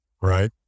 Right